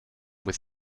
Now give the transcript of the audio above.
with